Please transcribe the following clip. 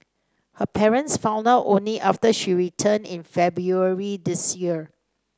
her parents found out only after she returned in February this year